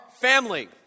Family